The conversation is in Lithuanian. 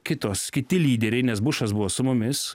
kitos kiti lyderiai nes bušas buvo su mumis